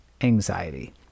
anxiety